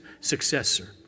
successor